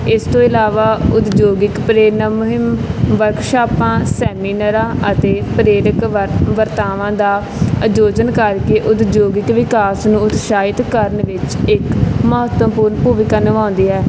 ਇਸ ਤੋਂ ਇਲਾਵਾ ਉਦਯੋਗਿਕ ਪ੍ਰੇਰਨਾ ਮੁਹਿੰਮ ਵਰਕਸ਼ਾਪਾਂ ਸੈਮੀਨਾਰਾਂ ਅਤੇ ਪ੍ਰੇਰਿਕ ਵਰ ਵਰਤਾਵਾਂ ਦਾ ਆਯੋਜਨ ਕਰਕੇ ਉਦਯੋਗਿਕ ਵਿਕਾਸ ਨੂੰ ਉਤਸ਼ਾਹਿਤ ਕਰਨ ਵਿੱਚ ਇੱਕ ਮਹੱਤਵਪੂਰਨ ਭੂਮਿਕਾ ਨਿਭਾਉਂਦੀ ਹੈ